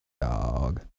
dog